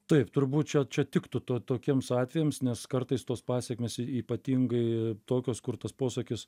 taip turbūt čia čia tiktų to tokiems atvejams nes kartais tos pasekmės ypatingai tokios kur tas posakis